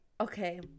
Okay